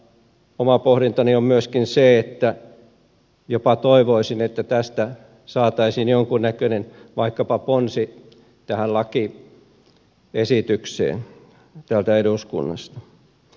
oma pohdintani on myöskin se että jopa toivoisin että tästä saataisiin jonkunnäköinen vaikkapa ponsi tähän lakiesitykseen täältä eduskunnasta